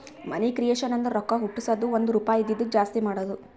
ಮನಿ creation ಅಂದುರ್ ರೊಕ್ಕಾ ಹುಟ್ಟುಸದ್ದು ಒಂದ್ ರುಪಾಯಿ ಇದಿದ್ದುಕ್ ಜಾಸ್ತಿ ಮಾಡದು